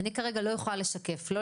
אני כרגע לא יכולה לשקף שום דבר מהתקנות,